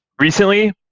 Recently